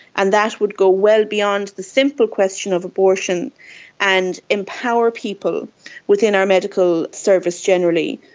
and that would go well beyond the simple question of abortion and empower people within our medical service generally.